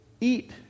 eat